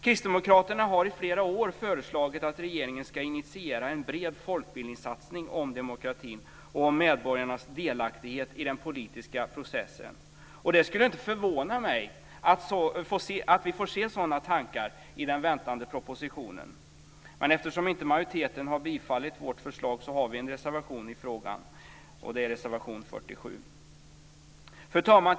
Kristdemokraterna har i flera år föreslagit att regeringen ska initiera en bred folkbildningssatsning om demokratin och om medborgarnas delaktighet i den politiska processen. Det skulle inte förvåna mig om vi får se sådana tankar i den väntade propositionen. Eftersom majoriteten inte har tillstyrkt vårt förslag har vi en reservation i frågan, reservation 47. Fru talman!